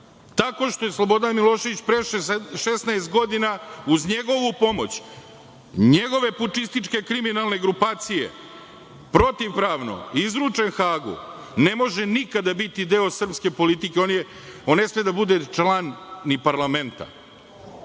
tako što je Slobodan Milošević pre 16 godina, uz njegovu pomoć, njegove pučističke kriminalne grupacije protivpravno izručen Hagu, ne može nikada biti deo srpske politike. On ne sme da bude član ni parlamenta.